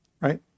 right